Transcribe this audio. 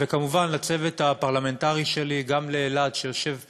וכמובן, לצוות הפרלמנטרי שלי, לאלעד, שיושב פה,